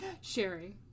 Sherry